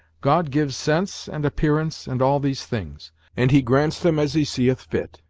god gives sense, and appearance, and all these things and he grants them as he seeth fit.